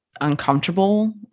uncomfortable